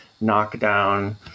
knockdown